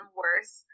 worse